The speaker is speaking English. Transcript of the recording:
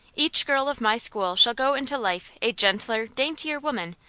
each girl of my school shall go into life a gentler, daintier woman,